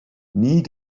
nie